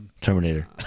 Terminator